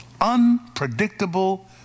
Unpredictable